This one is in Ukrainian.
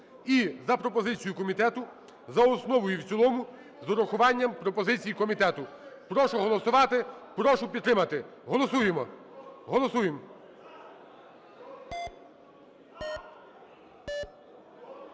і за пропозицією комітету за основу і в цілому з врахуванням пропозицій комітету. Прошу голосувати. Прошу підтримати. Голосуємо. Голосуємо.